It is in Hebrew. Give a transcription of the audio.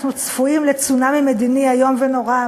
אנחנו צפויים לצונאמי מדיני איום ונורא,